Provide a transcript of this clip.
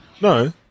No